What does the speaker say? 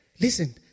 Listen